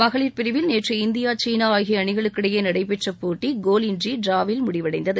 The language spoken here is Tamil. மகளிர் பிரிவில் நேற்று இந்தியா சீனா ஆகிய அணிகளுக்கிடையே நடைபெற்ற போட்டி கோலின்றி டிராவில் முடிவடைந்தது